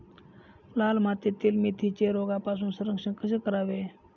लाल मातीतील मेथीचे रोगापासून संरक्षण कसे करावे?